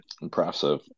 impressive